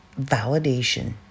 validation